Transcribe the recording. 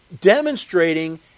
demonstrating